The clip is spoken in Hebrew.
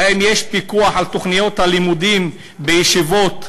האם יש פיקוח על תוכניות הלימודים בישיבות,